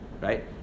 right